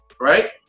right